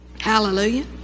hallelujah